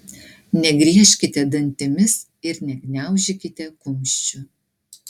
negriežkite dantimis ir negniaužykite kumščių